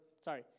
sorry